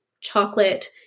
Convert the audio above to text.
chocolate